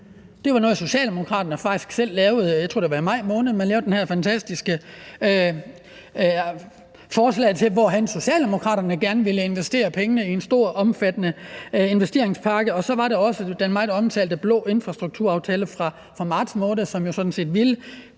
i maj måned, Socialdemokraterne lavede det her fantastiske forslag til, hvorhenne man gerne ville investere pengene, i en stor og omfattende investeringspakke, og så var der også den meget omtalte blå infrastrukturaftale fra marts måned, som jo